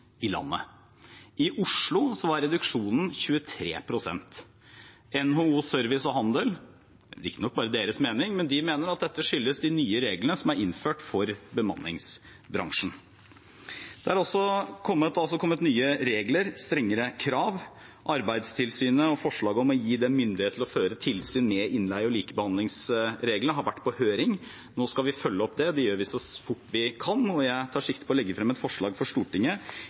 i landet som helhet. I Oslo var reduksjonen på 23 pst. NHO Service og Handel – det er riktignok bare deres mening – mener at dette skyldes de nye reglene som er innført for bemanningsbransjen. Det er også kommet nye regler og strengere krav. Forslaget om å gi Arbeidstilsynet myndighet til å føre tilsyn med innleie og likebehandlingsreglene har vært på høring, og nå skal vi følge opp det. Det gjør vi så fort vi kan, og jeg tar sikte på å legge frem et forslag for Stortinget